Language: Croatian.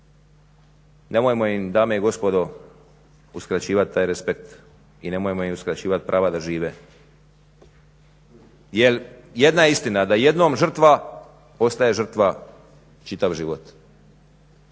Nemojmo im dame i gospodo uskraćivati taj respekt i nemojmo im uskraćivati prava da žive. Jer jedna je istina da jednom žrtva ostaje žrtva čitav život.